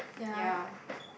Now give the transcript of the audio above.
ya